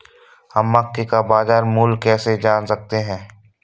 हम मक्के का बाजार मूल्य कैसे जान सकते हैं?